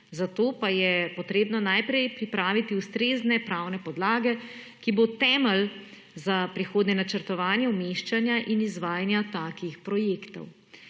zato pa je potrebno najprej pripraviti ustrezne pravne podlage, ki bodo temelj za prihodnje načrtovanje umeščanja in izvajanja takih projektov.